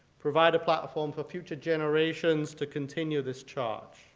provide a platform for future generations to continue this charge.